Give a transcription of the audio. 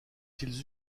ils